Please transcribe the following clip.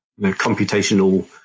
computational